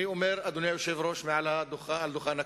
אני אומר, אדוני היושב-ראש, מעל דוכן הכנסת: